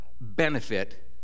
benefit